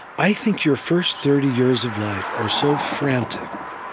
i think your first thirty years of life are so frantic,